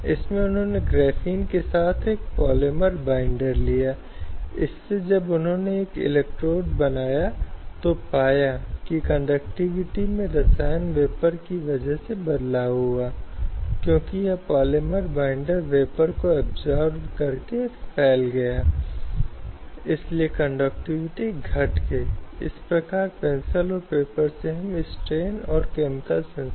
इसलिए जो महत्वपूर्ण है वह है की यौन उत्पीड़न गलत है इस तथ्य के कारण नहीं है कि आर्थिक नुकसान निरंतर या प्रतिकूल वातावरण हैं बल्कि इसलिए कि यह व्यवहार को कमजोर कर रहा है एक वह जो एक कर्मचारी के रूप में और एक व्यक्ति के रूप में पीड़ित की गरिमा और आत्मसम्मान पर हमला करता है